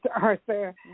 Arthur